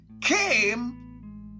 came